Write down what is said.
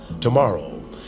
tomorrow